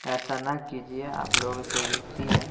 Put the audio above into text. ایسا نہ کیجیے آپ لوگوں سے ونتی ہے